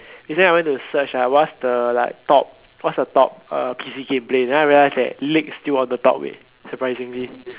recently I went to search ah what's the like top what is the top uh P_C game played then I realised that league is still one of the top leh surprisingly